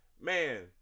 man